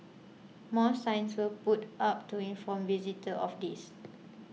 more signs will put up to inform visitors of this